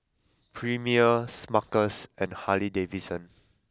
Premier Smuckers and Harley Davidson